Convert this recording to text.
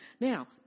Now